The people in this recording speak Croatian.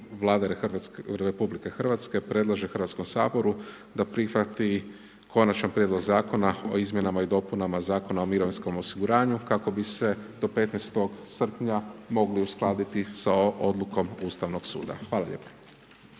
Vlada Republike Hrvatske predlaže Hrvatskom saboru da prihvati Konačni prijedlog Zakona o izmjenama i dopunama Zakona o mirovinskom osiguranju, kako bi se do 15. srpnja mogli uskladiti sa odlukom Ustavnog suda. Hvala lijepo.